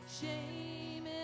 shame